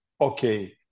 okay